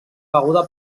beguda